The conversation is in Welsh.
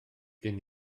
gen